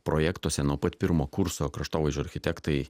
projektuose nuo pat pirmo kurso kraštovaizdžio architektai